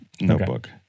notebook